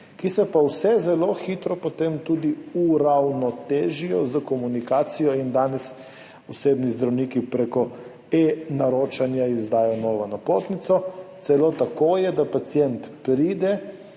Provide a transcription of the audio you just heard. ki se pa vse zelo hitro potem tudi uravnotežijo s komunikacijo. Danes osebni zdravniki prek eNaročanja izdajo novo napotnico. Celo tako je, da pacient pride,